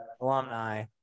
alumni